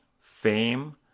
fame